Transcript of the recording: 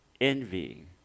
envy